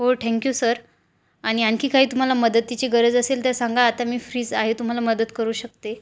हो thank you sir आणि आणखी काही तुम्हाला मदतीची गरज असेल तर सांगा आता मी फ्रीच आहे तुम्हाला मदत करू शकते